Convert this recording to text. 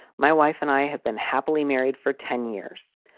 my wife and i have been happily married for ten years.